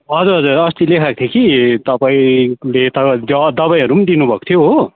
हजुर हजुर अस्ति लेखाएको थिएँ कि तपाईँले दबाईहरू पनि दिनु भएको थियो हो